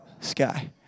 sky